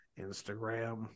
Instagram